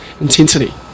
intensity